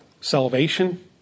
salvation